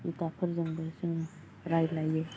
बिदाफोरजोंबो जों रायज्लायो